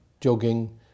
jogging